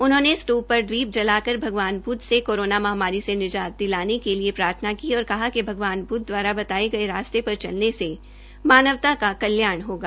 उन्होंने स्तूपों पर दीप जलाकर भगवान बुद्व से कोरोना महामारी से निजात दिलाने के लिए प्रार्थना की और कहा कि अगवान बुद्व द्वारा बताये गये रास्ते पर चलने से मानवता का कल्याण होगा